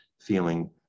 feeling